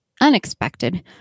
unexpected